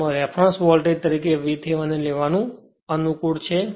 જેમાં reference voltage તરીકે VThevenin લેવાનું અનુકૂળ છે